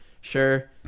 Sure